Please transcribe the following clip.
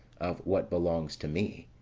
of what belongs to me